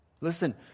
Listen